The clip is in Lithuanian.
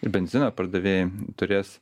benzino pardavėjai turės